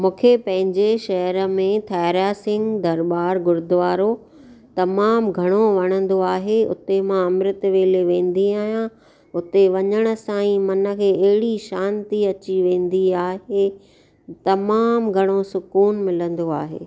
मूंखे पंहिंजे शहर में थारिया सिंह दरबारु गुरुद्वारो तमामु घणो वणंदो आहे उते मां अमृत वेले वेंदी आहियां उते वञण सां ई मन खे अहिड़ी शांती अची वेंदी आहे तमामु घणो सुकून मिलंदो आहे